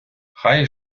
хай